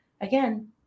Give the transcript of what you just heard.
again